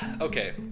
okay